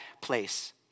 place